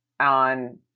on